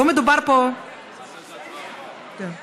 לא מדובר פה, קסניה, אין,